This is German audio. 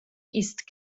ist